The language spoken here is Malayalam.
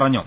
പറഞ്ഞു